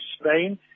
Spain